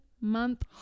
month